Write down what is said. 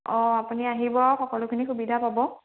অঁ আপুনি আহিব সকলোখিনি সুবিধা পাব